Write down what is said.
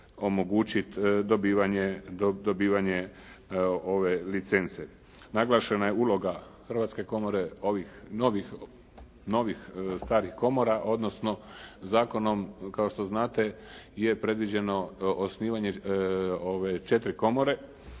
omogućiti dobivanje ove licence. Naglašena je uloga Hrvatske komore ovih novih starih komora odnosno zakonom kao što znate je predviđeno osnivanje ove 4 komore